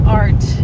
art